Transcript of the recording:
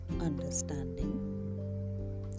understanding